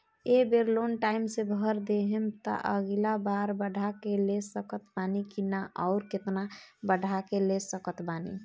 ए बेर loan time से भर देहम त अगिला बार बढ़ा के ले सकत बानी की न आउर केतना बढ़ा के ले सकत बानी?